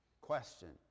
Question